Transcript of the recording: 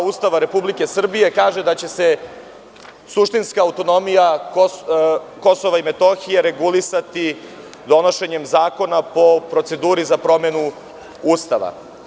Ustava Republike Srbije kaže da će se suštinska autonomija KiM regulisati donošenjem zakona po proceduri za promenu Ustava.